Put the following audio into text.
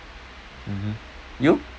mmhmm you